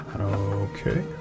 Okay